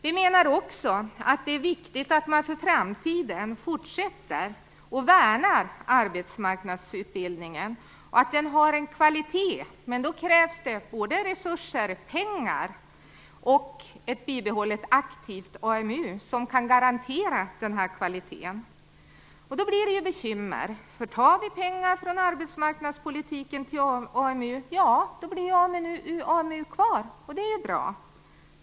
Vi menar också att det är viktigt att för framtiden fortsätta att värna arbetsmarknadsutbildningen och se till att den har en kvalitet, men då krävs det både resurser i pengar och ett bibehållet aktivt AMU, som kan garantera den här kvaliteten. Då blir det bekymmer. Om vi tar pengar från arbetsmarknadspolitiken till AMU blir AMU kvar, och det är ju bra.